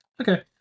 Okay